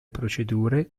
procedure